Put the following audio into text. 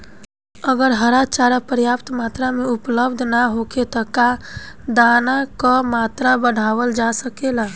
अगर हरा चारा पर्याप्त मात्रा में उपलब्ध ना होखे त का दाना क मात्रा बढ़ावल जा सकेला?